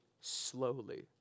slowly